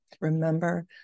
Remember